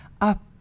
up